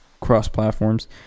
Cross-platforms